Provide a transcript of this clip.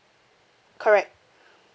correct